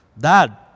Dad